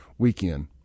weekend